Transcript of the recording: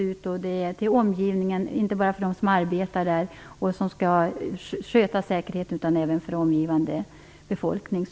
Det handlar alltså inte bara om dem som arbetar på reaktorerna och som skall sköta säkerheten utan även om den omgivande befolkningen.